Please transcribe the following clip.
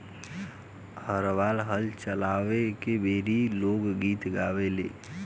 हरवाह हल चलावे बेरी लोक गीत गावेले